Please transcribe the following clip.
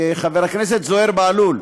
חבר הכנסת זוהיר בהלול.